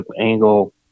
angle